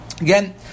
Again